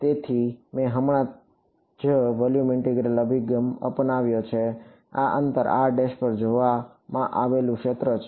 તેથી મેં હમણાં જ વોલ્યુમ ઇન્ટિગ્રલ અભિગમ અપનાવ્યો છે આ અંતર પર જોવામાં આવેલું ક્ષેત્ર છે